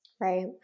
right